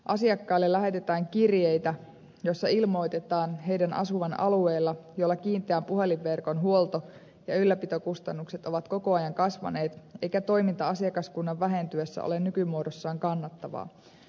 asiakkaille lähetetään kirjeitä joissa ilmoitetaan heidän asuvan alueella jolla kiinteän puhelinverkon huolto ja ylläpitokustannukset ovat koko ajan kasvaneet eikä toiminta asiakaskunnan vähentyessä ole nykymuodossaan kannattavaa